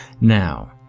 Now